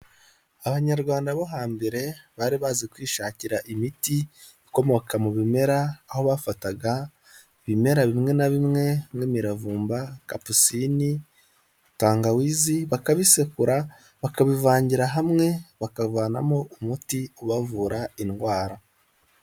Abanyarwanda bo hambere bari bazi kwishakira imiti ikomoka mu bimera, aho bafataga ibimera bimwe na bimwe nk'imiravumba, kapusine, tangawizi bakabisekura bakabivangira hamwe bakavanamo umuti ubavura indwara.